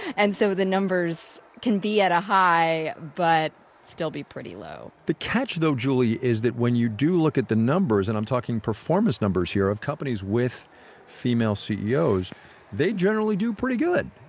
and so the numbers can be at a high but still be pretty low. the catch though, julie, is that when you do look at the numbers, and i'm talking performance numbers here, of companies with female ceos they generally do pretty good.